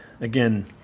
again